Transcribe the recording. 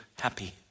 happy